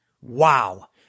Wow